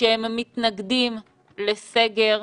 - שהם מתנגדים לסגר.